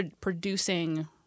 producing